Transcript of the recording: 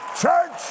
church